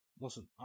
Listen